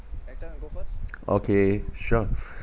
okay sure